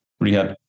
rehab